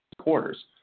quarters